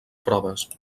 proves